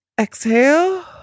Exhale